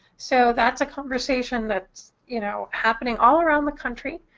so that's a conversation that's, you know, happening all around the country.